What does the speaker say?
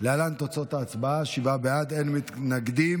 להלן תוצאות ההצבעה: שבעה בעד, אין מתנגדים.